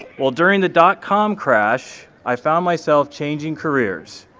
well during the dot-com crash, i found myself changing careers,